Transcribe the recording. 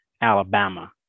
Alabama